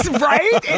right